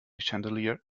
chandelier